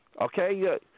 Okay